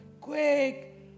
quick